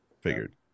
Figured